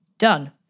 done